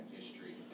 history